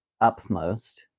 upmost